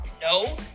No